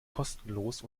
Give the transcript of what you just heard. kostenlos